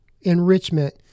enrichment